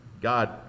God